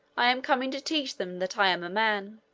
i am coming to teach them that i am a man.